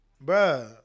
bro